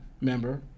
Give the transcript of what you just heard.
member